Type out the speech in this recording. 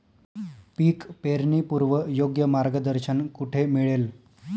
पीक पेरणीपूर्व योग्य मार्गदर्शन कुठे मिळेल?